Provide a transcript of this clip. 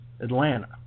Atlanta